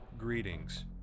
Greetings